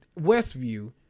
Westview